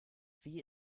wie